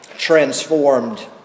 transformed